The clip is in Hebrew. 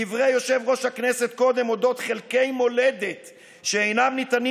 דברי יושב-ראש הכנסת קודם על אודות חלקי מולדת שאינם ניתנים